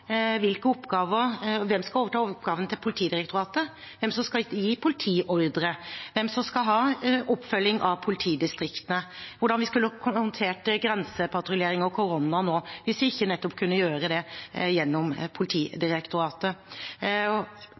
hvem som skal overta oppgavene til Politidirektoratet, hvem som skal gi politiet ordre, hvem som skal ha oppfølging av politidistriktene, hvordan de skulle håndtert grensepatruljering og korona nå hvis de ikke nettopp kunne gjøre det gjennom Politidirektoratet,